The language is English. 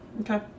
Okay